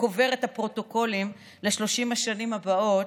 וקובר את הפרוטוקולים ל-30 השנים הבאות,